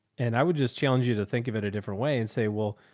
and i would just challenge you to think of it a different way and say, well,